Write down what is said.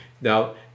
Now